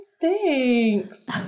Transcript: Thanks